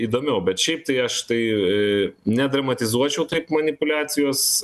įdomiau bet šiaip tai aš tai nedramatizuočiau taip manipuliacijos